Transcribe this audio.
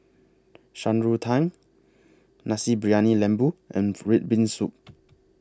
Shan Rui Tang Nasi Briyani Lembu and Red Bean Soup